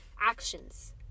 actions